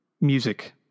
music